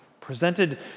presented